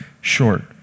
short